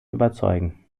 überzeugen